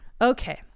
okay